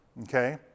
okay